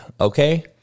okay